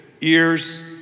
Ears